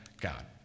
God